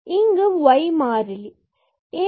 இங்கு y மாறிலி ஆகும்